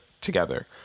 together